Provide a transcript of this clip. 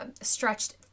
stretched